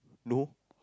no